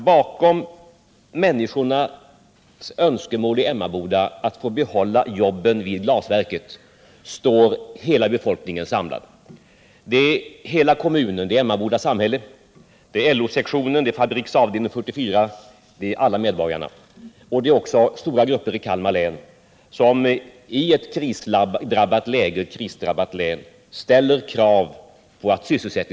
Bakom önskemålen att få behålla jobben vid glasverket står hela befolkningen samlad: hela kommunen, Emmaboda samhälle, LO-sektionen, Fabriks avdelning 44, alla medborgarna; det är också stora grupper i Kalmar län, som ställer krav på att sysselsättningsnivån vid glasverket skall upprätthållas i ett krisdrabbat län.